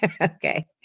Okay